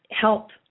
Help